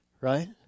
right